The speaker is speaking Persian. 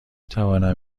توانم